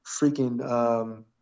freaking